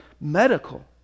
medical